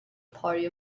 party